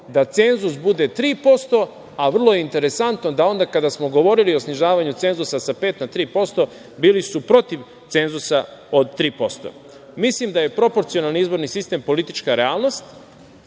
da cenzus bude 3%, a vrlo je interesantno da onda kada smo govorili o snižavanju cenzusa sa 5% na 3% bili su protiv cenzusa od 3%.Mislim da je proporcionalni izborni sistem politička realnost.